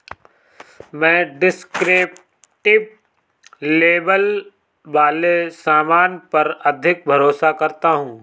मैं descriptive label वाले सामान पर अधिक भरोसा करता हूं